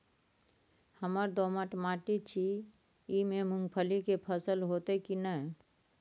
हमर दोमट माटी छी ई में मूंगफली के फसल होतय की नय?